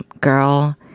girl